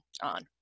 on